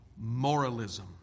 moralism